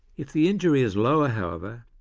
if the injury is lower, however,